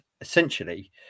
essentially